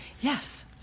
Yes